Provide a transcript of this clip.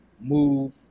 move